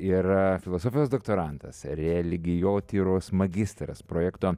yra filosofijos doktorantas religijotyros magistras projekto